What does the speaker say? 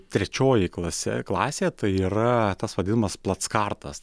trečioji klase klasė tai yra tas vadinamas plackartas